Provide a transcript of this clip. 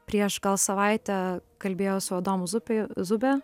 prieš gal savaitę kalbėjau su adomu zupiju zube